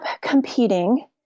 competing